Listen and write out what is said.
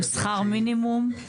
עם שכר המינימום?